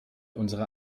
unsere